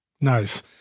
Nice